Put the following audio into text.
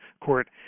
court